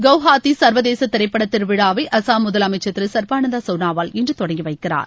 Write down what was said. குவஹாத்தி சர்வதேச திரைப்பட திருவிழாவை அசாம் முதலமைச்சர் திரு சர்பானந்த சோனாவால் இன்று தொடங்கி வைக்கிறார்